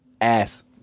Ass